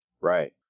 Right